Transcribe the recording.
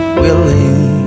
willing